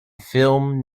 film